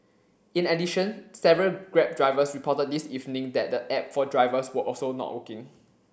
in addition several Grab drivers reported this evening that the app for drivers were also not working